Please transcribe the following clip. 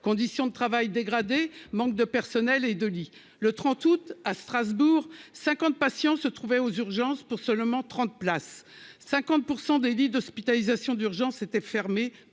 conditions de travail dégradées, manque de personnel et de lits, le 30 août à Strasbourg 50 patients se trouvait aux urgences pour seulement 30 places 50 % des lits d'hospitalisation d'urgence était fermé